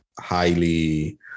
highly